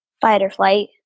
fight-or-flight